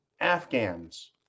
Afghans